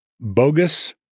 bogus